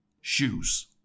shoes